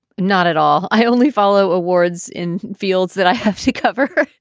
not at all. i only follow awards in fields that i have to cover.